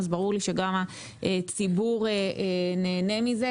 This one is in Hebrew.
ברור לי שגם הציבור נהנה מזה,